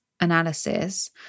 analysis